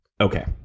Okay